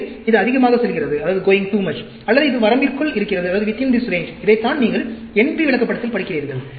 எனவே இது அதிகமாக செல்கிறது அல்லது இது இந்த வரம்பிற்குள் இருக்கிறது இதைத்தான் நீங்கள் NP விளக்கப்படத்தில் படிக்கிறீர்கள்